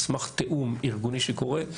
על סמך תיאום ארגוני שקורה,